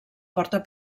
porta